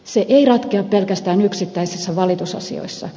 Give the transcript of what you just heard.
se ei ratkea pelkästään yksittäisissä valitusasioissa